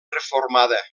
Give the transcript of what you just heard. reformada